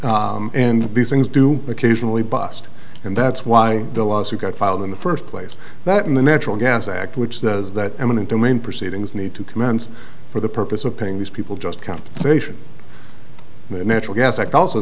but and these things do occasionally bust and that's why the lawsuit got filed in the first place that in the natural gas act which those that eminent domain proceedings need to commence for the purpose of paying these people just compensation the natural gas act also